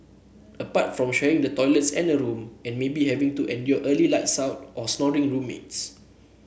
apart from sharing the toilet and a room and maybe having to endure early lights out or snoring roommates